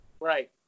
Right